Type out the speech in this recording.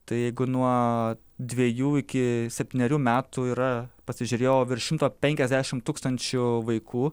tai jeigu nuo dvejų iki septynerių metų yra pasižiūrėjau virš šimto penkiasdešim tūkstančių vaikų